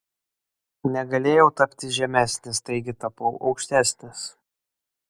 negalėjau tapti žemesnis taigi tapau aukštesnis